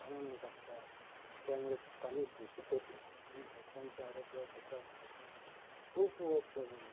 घाण आणून टाकतात त्यामुळे पाणी दूषित होते आणि लोकांच्या आरोग्यावर त्याचा खूप वाईट परिणाम आहे